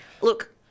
Look